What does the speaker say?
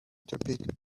topic